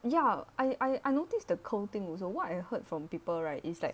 ya I I notice the curl thing also what I heard from people right is like